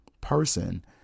person